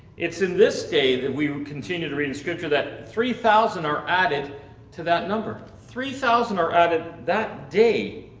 it's in this day that we will continue to read in scripture that three thousand are added to that number, three thousand are added that day,